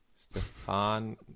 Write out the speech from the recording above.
stefan